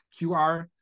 QR